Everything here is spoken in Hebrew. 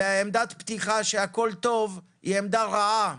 עמדת פתיחה שגורסת "הכול טוב" היא עמדה רעה.